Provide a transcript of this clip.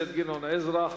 הכנסת גדעון עזרא.